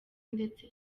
ndetse